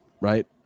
Right